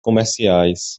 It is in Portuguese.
comerciais